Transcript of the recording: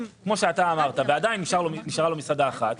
אם כפי שאמרת עדיין נשארה לו מסעדה אחת,